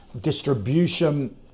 distribution